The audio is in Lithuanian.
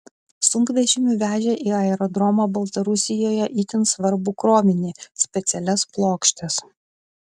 sunkvežimiu vežė į aerodromą baltarusijoje itin svarbų krovinį specialias plokštes